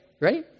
ready